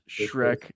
Shrek